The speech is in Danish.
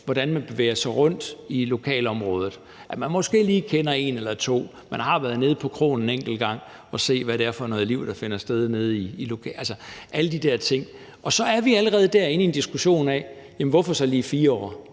hvordan man bevæger sig rundt i lokalområdet, at man måske lige kender en eller to, at man har været nede på kroen en enkelt gang og se, hvad det er for noget liv, der finder sted i lokalmiljøet, og alle de der ting. Og så er vi allerede der inde i en diskussion af, hvorfor det så lige skal være